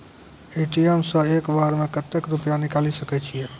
ATM सऽ एक बार म कत्तेक रुपिया निकालि सकै छियै?